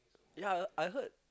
ya I I heard